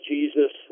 Jesus